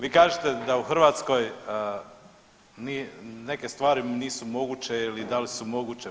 Vi kažete da u Hrvatskoj neke stvari nisu moguće ili da li su moguće.